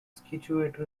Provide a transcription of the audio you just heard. scituate